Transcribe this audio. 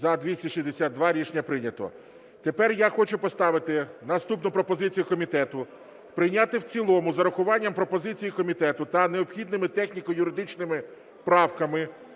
За-262 Рішення прийнято. Тепер я хочу поставити наступну пропозицію комітету прийняти в цілому з урахуванням пропозицій комітету та необхідними техніко-юридичними правками